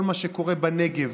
כל מה שקורה בנגב,